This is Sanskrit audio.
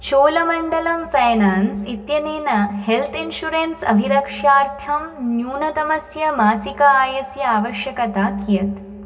छोलमण्डलं फ़ैनान्स् इत्यनेन हेल्त् इन्शुरेन्स् अभिरक्षार्थं न्यूनतमस्य मासिकायस्य आवश्यकता कियत्